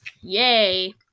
Yay